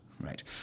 right